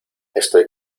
estoy